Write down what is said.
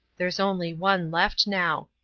there's only one left now!